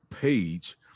page